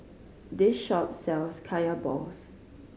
this shop sells Kaya balls